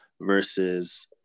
versus